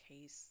case